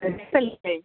എടുത്തു അല്ലേ